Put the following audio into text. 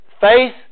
faith